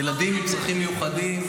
לילדים עם צרכים מיוחדים.